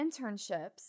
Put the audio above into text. internships